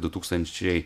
du tūkstančiai